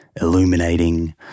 illuminating